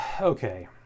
okay